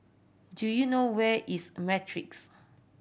do you know where is Matrix